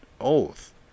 oath